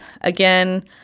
Again